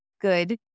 good